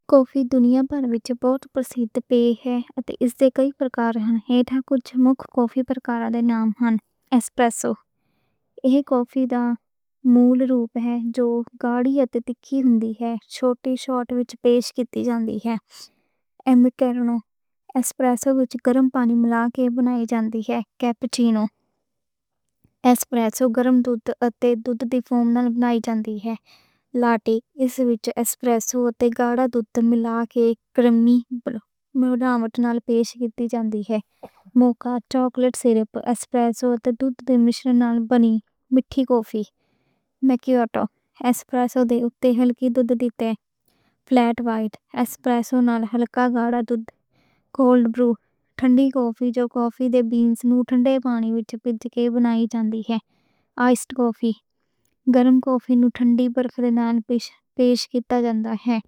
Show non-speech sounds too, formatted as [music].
کوفی دُنیا بھر وچ بہت مقبول ہے۔ اتے اس دے کئی قسم ہن۔ ہے تاں کجھ مُکھ کوفی قسم ہن۔ ایسپریسو کوفی دی بنیادی شکل ہے۔ ایہ گاڑھی اتے تُیکھن ہوندی ہے، شاٹ وچ پیش کیتی جاندی ہے۔ امریکانو ایسپریسو وچ گرم پانی ملا کے بنائی جاندی ہے۔ کیپچینو ایسپریسو نال گرم دودھ تے جھاگ نال بنائی جاندی ہے۔ لاٹے وچ ایسپریسو اُتے گرم دودھ ملا کے بنائی جاندی ہے۔ [unintelligible] موکا چاکلیٹ سیرپ، ایسپریسو تے دودھ دے مِشرن نال مِٹھی کوفی، حسبِ ذائقہ بنائی جاندی ہے۔ فلیٹ وائٹ ایسپریسو نال ہلکا دودھ۔ کولڈ برو کوفی دے بینز نوں ٹھنڈے پانی نال ملا کے بنائی جاندی ہے۔ آئس کوفی گرم کوفی نوں ٹھنڈی برف نال پیش کیتا جاندا ہے۔